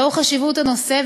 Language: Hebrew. לאור חשיבות הנושא,